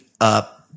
up